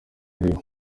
ariwe